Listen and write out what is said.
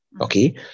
Okay